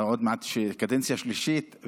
עוד מעט קדנציה שלישית,